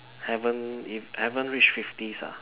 haven't if I haven't reach fifties ah